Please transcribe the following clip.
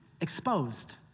exposed